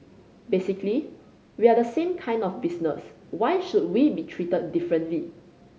basically we are the same kind of business why should we be treated differently